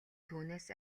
түүнээс